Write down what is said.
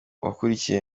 wakurikiye